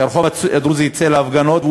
כשהרחוב הדרוזי יצא להפגנות,